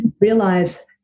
realize